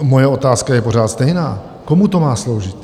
Moje otázka je pořád stejná: Komu to má sloužit?